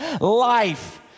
life